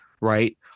right